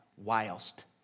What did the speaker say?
Whilst